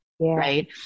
Right